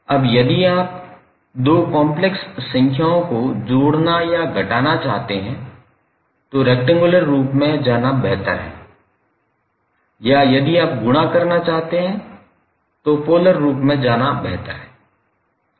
अब यदि आप दो कॉम्प्लेक्स संख्याओं को जोड़ना या घटाना चाहते हैं तो रेक्टेंगुलर रूप में जाना बेहतर है या यदि आप गुणा करना चाहते हैं और पोलर रूप में जाना बेहतर है